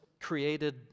created